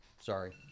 Sorry